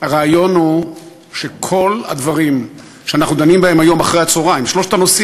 הרעיון הוא שכל הדברים שאנחנו דנים בהם היום אחרי-הצהריים,